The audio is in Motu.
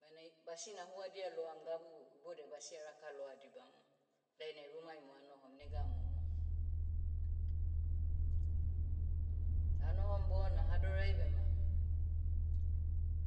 Bainai- basina huadia loam gabu, iboudiai basia raka loa dibamu. Dainai rumai mo anohom nega momo. Anohom bona hadorai bema,